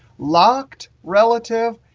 locked relative,